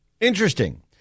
Interesting